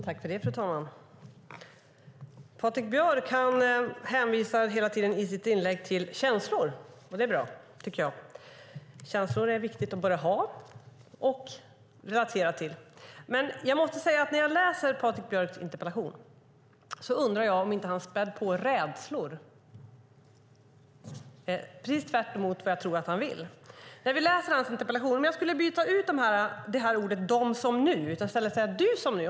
Fru talman! Patrik Björck hänvisar i sitt inlägg till känslor. Det tycker jag är bra. Känslor är viktiga både att ha och att relatera till. När jag läser Patrik Björcks interpellation undrar jag om han inte spär på rädslor - tvärt emot vad jag tror att han vill. Man kan byta ut orden "de som nu" mot "du som nu".